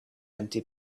empty